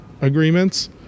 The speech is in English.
agreements